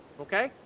Okay